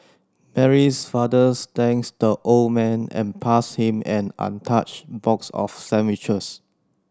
Mary's father thanks the old man and passed him an untouched box of sandwiches